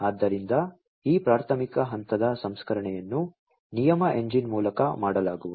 ಆದ್ದರಿಂದ ಈ ಪ್ರಾಥಮಿಕ ಹಂತದ ಸಂಸ್ಕರಣೆಯನ್ನು ನಿಯಮ ಎಂಜಿನ್ ಮೂಲಕ ಮಾಡಲಾಗುವುದು